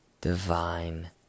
divine